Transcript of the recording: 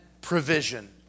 provision